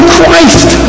Christ